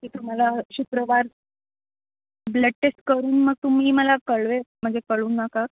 की तुम्हाला शुक्रवार ब्लड टेस्ट करून मग तुम्ही मला कळवेल म्हणजे कळवू नका